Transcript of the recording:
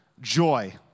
joy